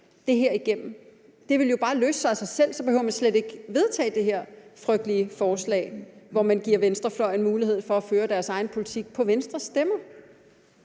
det her igennem? Det vil jo bare løse sig af sig selv, og så behøver man slet ikke vedtage det her frygtelig forslag, hvor man giver venstrefløjen en mulighed for at føre deres egen politik på Venstres stemmer.